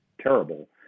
terrible